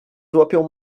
złapią